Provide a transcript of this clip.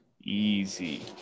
Easy